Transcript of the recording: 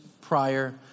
prior